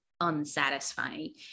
unsatisfying